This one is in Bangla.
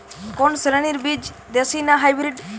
কোন শ্রেণীর বীজ দেশী না হাইব্রিড?